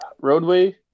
roadway